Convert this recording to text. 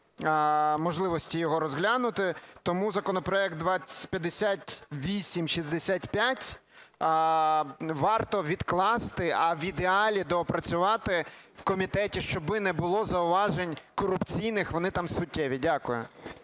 можливості його розглянути. Тому законопроект 5865 варто відкласти, а в ідеалі доопрацювати в комітеті, щоб не було зауважень корупційних, вони там суттєві. Дякую.